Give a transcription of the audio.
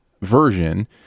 version